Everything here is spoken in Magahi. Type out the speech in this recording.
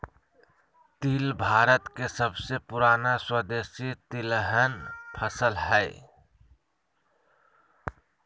तिल भारत के सबसे पुराना स्वदेशी तिलहन फसल हइ